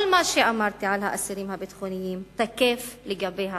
כל מה שאמרתי על האסירים הביטחוניים תקף לגבי האסירות,